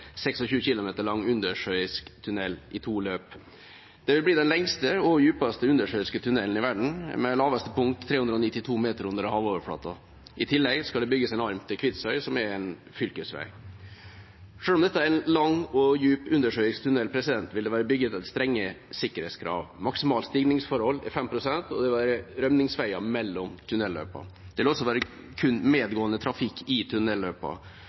26 km lang undersjøisk tunnel i to løp. Det vil bli den lengste og dypeste undersjøiske tunnelen i verden med laveste punkt 392 meter under havoverflaten. I tillegg skal det bygges en arm til Kvitsøy som er en fylkesvei. Selv om dette er en lang og dyp undersjøisk tunnel, vil den være bygd etter strenge sikkerhetskrav. Maksimalt stigningsforhold er 5 pst., og det vil være rømningsveier mellom tunnelløpene. Det vil også være kun medgående trafikk i